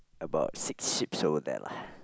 about six sheep's over there lah